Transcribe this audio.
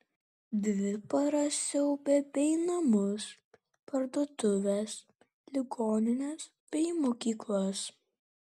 dvi paras siaubė bei namus parduotuves ligonines bei mokyklas